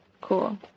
cool